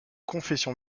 confession